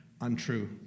untrue